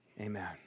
amen